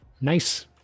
nice